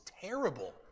terrible